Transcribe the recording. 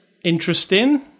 Interesting